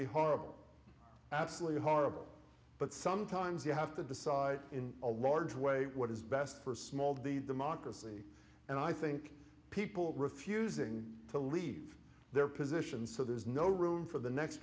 be horrible absolutely horrible but sometimes you have to decide in a large way what is best for small d democracy and i think people refusing to leave their positions so there's no room for the next